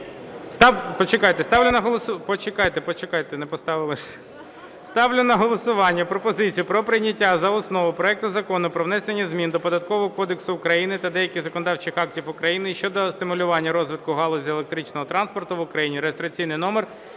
Ставлю на голосування пропозицію про прийняття за основу проекту Закону про внесення змін до Податкового кодексу України та деяких законодавчих актів України щодо стимулювання розвитку галузі електричного транспорту в Україні